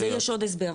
יש עוד הסבר,